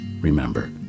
Remember